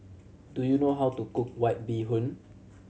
do you know how to cook White Bee Hoon